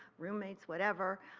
roommates, whatever.